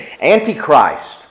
Antichrist